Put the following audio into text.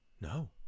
No